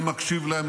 אני מקשיב להם,